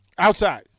Outside